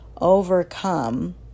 overcome